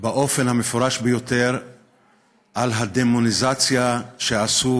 באופן המפורש ביותר על הדמוניזציה שעשו